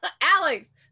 Alex